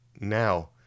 now